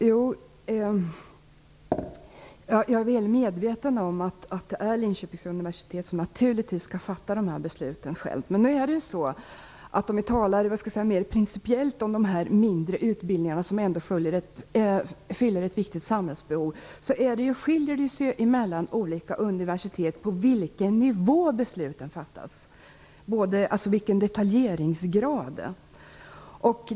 Fru talman! Jag är väl medveten om att det naturligtvis är Linköpings universitet som skall fatta de här besluten. Men mindre principiellt beträffande de här utbildningarna, som ändå fyller ett viktigt samhällsbehov, är det så att det skiljer mellan olika universitet när det gäller vilken nivå besluten fattas på. Det handlar alltså om detaljeringsgraden.